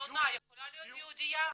זונה יכולה להיות יהודייה?